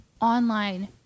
online